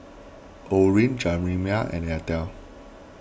Orene Jerimiah and Elta